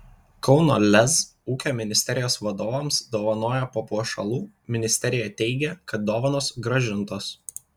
kauno lez ūkio ministerijos vadovams dovanojo papuošalų ministerija teigia kad dovanos grąžintos